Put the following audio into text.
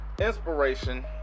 inspiration